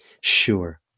Sure